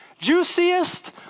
juiciest